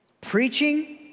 preaching